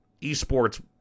esports